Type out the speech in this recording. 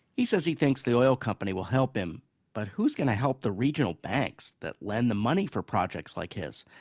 he says he thinks the oil company will help him but who's going to help regional banks that lend the money for projects like his?